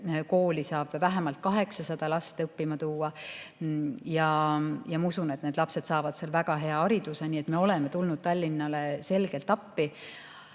kooli saab vähemalt 800 last õppima tuua. Ja ma usun, et need lapsed saavad seal väga hea hariduse. Nii et me oleme tulnud Tallinnale selgelt appi.